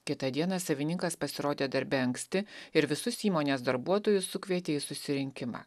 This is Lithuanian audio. kitą dieną savininkas pasirodė darbe anksti ir visus įmonės darbuotojus sukvietė į susirinkimą